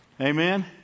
Amen